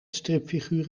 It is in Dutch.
stripfiguur